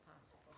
possible